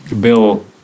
bill